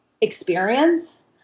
experience